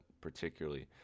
particularly